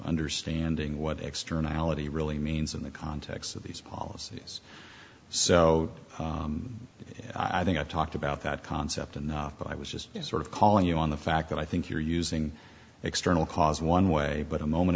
understanding what externality really means in the context of these policies so i think i talked about that concept and i was just sort of calling you on the fact that i think you're using external cause one way but a moment